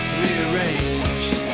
rearranged